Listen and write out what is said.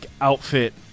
outfit